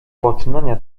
poczynania